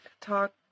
talk